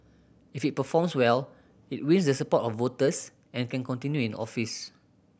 if it performs well it wins the support of voters and can continue in office